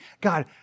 God